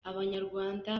abanyarwanda